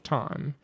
time